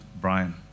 Brian